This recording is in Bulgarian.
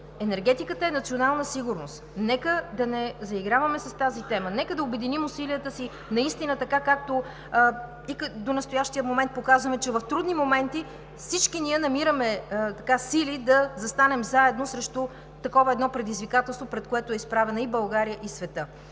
енергетиката е национална сигурност. Нека да не заиграваме с тази тема. Нека да обединим усилията си наистина така, както и до настоящия момент показваме, че в трудни моменти всички ние намираме сили да застанем заедно срещу такова едно предизвикателство, пред което е изправена и България, и светът.